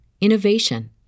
innovation